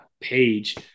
page